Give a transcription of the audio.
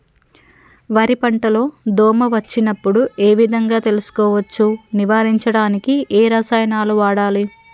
వరి పంట లో దోమ వచ్చినప్పుడు ఏ విధంగా తెలుసుకోవచ్చు? నివారించడానికి ఏ రసాయనాలు వాడాలి?